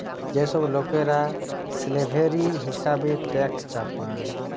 যে সব লোকরা স্ল্যাভেরি হিসেবে ট্যাক্স চাপায়